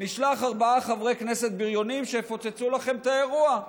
נשלח ארבעה חברי כנסת בריונים שיפוצצו לכם את האירוע,